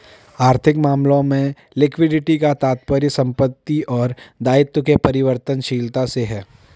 आर्थिक मामलों में लिक्विडिटी का तात्पर्य संपत्ति और दायित्व के परिवर्तनशीलता से है